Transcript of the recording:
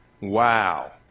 Wow